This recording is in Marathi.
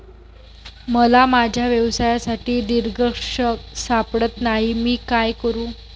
मला माझ्या व्यवसायासाठी दिग्दर्शक सापडत नाही मी काय करू?